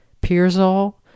Pearsall